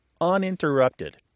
uninterrupted